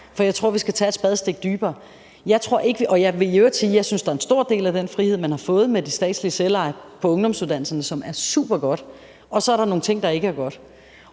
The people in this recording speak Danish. men jeg tror, at vi skal tage et spadestik dybere. Og jeg vil i øvrigt sige, at jeg synes, at der er en stor del af den frihed, man har fået med det statslige selveje på ungdomsuddannelserne, som er supergodt, og så er der nogle ting, der ikke er godt.